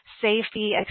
safety